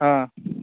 অঁ